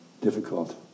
Difficult